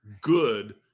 good